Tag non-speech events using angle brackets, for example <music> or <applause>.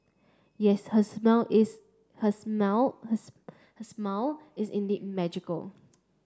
yes her smile is her smile <unintelligible> her smile indeed magical